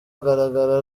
agaragara